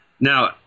Now